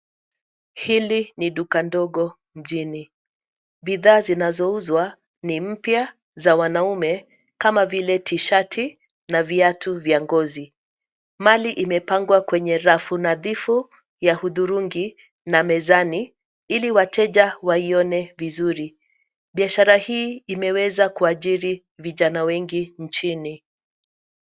Hili ni duka ndogo mjini. Bidhaa zinazouzwa ni mpya za wanaume kama vile tishati na viatu vya ngozi. Mali imepangwa kwenye rafu nadhifu ya hudhurungi na mezani ili wateja waione vizuri. Biashara hii imeweza kuajiri vijana wengi nchini.